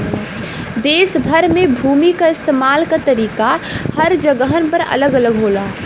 देस भर में भूमि क इस्तेमाल क तरीका हर जगहन पर अलग अलग होला